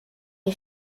les